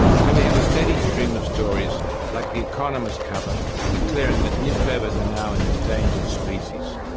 so we have a steady stream of stories like the economist cover declaring that newspapers are now an endangered species.